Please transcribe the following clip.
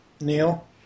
Neil